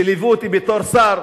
שליוו אותי בתור שר,